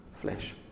flesh